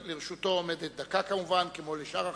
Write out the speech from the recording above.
לרשותו של אדוני עומדת דקה, כמו לשאר החברים.